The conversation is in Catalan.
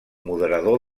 moderador